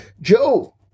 Joe